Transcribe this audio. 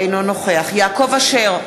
אינו נוכח יעקב אשר,